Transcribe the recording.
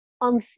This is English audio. on